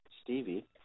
Stevie